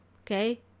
Okay